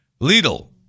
Lidl